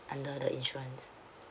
under the insurance